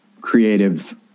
creative